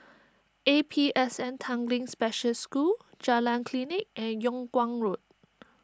A P S N Tanglin Special School Jalan Klinik and Yung Kuang Road